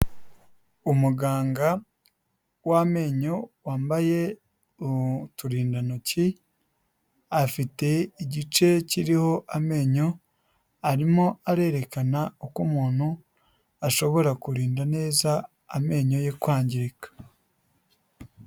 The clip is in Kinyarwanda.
Umuganga w'amenyo wambaye uturindantoki, afite igice kiriho amenyo, arimo arerekana uko umuntu, ashobora kurinda neza amenyo ye kwangirika.